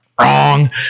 Wrong